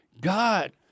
God